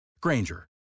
Granger